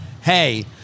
hey